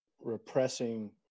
repressing